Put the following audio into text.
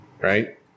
right